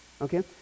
okay